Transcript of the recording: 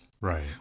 Right